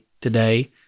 today